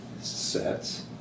sets